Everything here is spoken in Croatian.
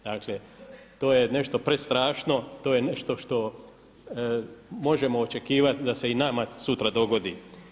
Dakle to je nešto prestrašno, to je nešto što možemo očekivati da se i nama sutra dogodi.